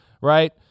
right